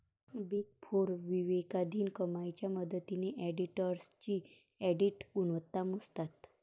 big four विवेकाधीन कमाईच्या मदतीने ऑडिटर्सची ऑडिट गुणवत्ता मोजतात